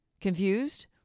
Confused